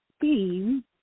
theme